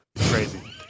Crazy